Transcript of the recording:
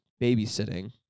babysitting